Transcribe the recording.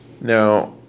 Now